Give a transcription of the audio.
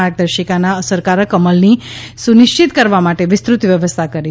માર્ગદર્શિકાના અસરકારક અમલની સુનિશ્ચિત કરવા માટે વિસ્તૃત વ્યવસ્થા કરીછે